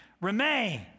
remain